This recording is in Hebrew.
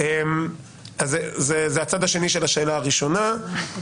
אז זה הצד השני של השאלה הראשונה.